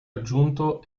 aggiunto